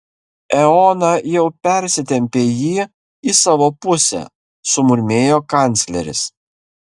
eoną jau persitempė jį į savo pusę sumurmėjo kancleris